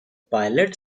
pilot